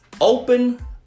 open